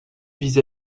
vis